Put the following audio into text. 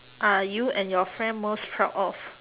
are you and your friend most proud of